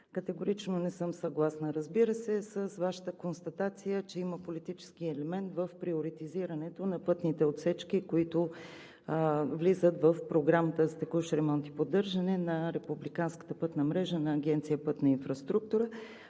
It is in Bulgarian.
Категорично не съм съгласна, разбира се, с Вашата констатация, че има политически елемент в приоритизирането на пътните отсечки, които влизат в Програмата за текущ ремонт и поддържане на републиканската пътна мрежа на Агенция „Пътна инфраструктура“.